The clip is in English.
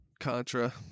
Contra